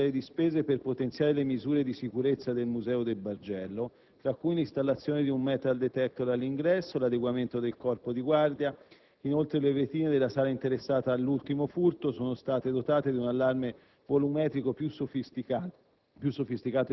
del bilancio, una serie di spese per potenziare le misure di sicurezza nel Museo del Bargello, tra cui l'installazione di un *metal detector* all'ingresso e l'adeguamento del corpo di guardia. Inoltre, le vetrine della sala interessata dall'ultimo furto sono state dotate di un allarme volumetrico più sofisticato